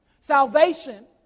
Salvation